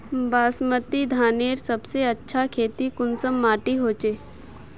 बासमती धानेर सबसे अच्छा खेती कुंसम माटी होचए?